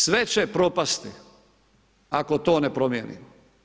Sve će propasti ako to ne promijenimo.